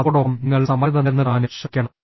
അതോടൊപ്പം നിങ്ങൾ സമഗ്രത നിലനിർത്താനും ശ്രമിക്കണം